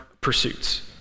pursuits